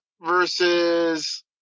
versus